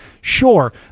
Sure